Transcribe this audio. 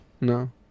No